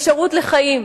אפשרות לחיים,